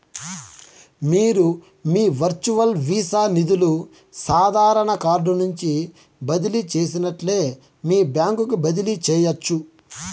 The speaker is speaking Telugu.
మీరు మీ వర్చువల్ వీసా నిదులు సాదారన కార్డు నుంచి బదిలీ చేసినట్లే మీ బాంక్ కి బదిలీ చేయచ్చు